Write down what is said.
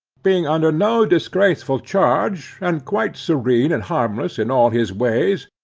being under no disgraceful charge, and quite serene and harmless in all his ways,